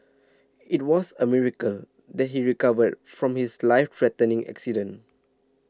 it was a miracle that he recovered from his life threatening accident